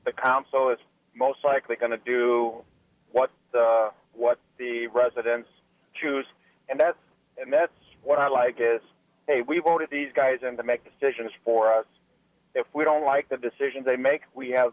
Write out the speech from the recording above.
the council is most likely going to do what what the residents choose and that's and that's what i'd like is hey we voted these guys and to make decisions for us if we don't like the decisions they make we have